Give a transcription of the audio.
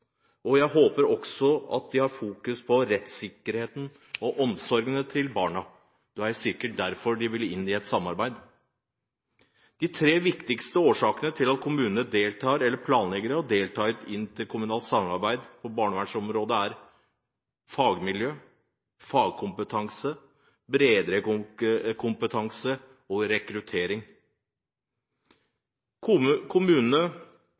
behovet. Jeg håper også at de har fokus på rettssikkerheten til og omsorgen for barna. Det er sikkert derfor de vil inn i et samarbeid. De fire viktigste årsakene til at kommunene deltar eller planlegger å delta i et interkommunalt samarbeid på barnevernsområdet, er: fagmiljø fagkompetanse bredere kompetanse rekruttering Kommunene